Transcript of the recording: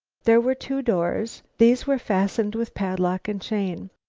there were two doors. these were fastened with padlock and chain.